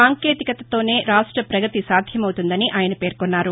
సాంకేతికతతోనే రాష్ట ప్రగతి సాధ్యమవుతుందని ఆయన పేర్కొన్నారు